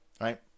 right